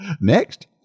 Next